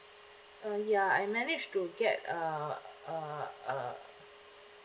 uh ya I managed to get a uh uh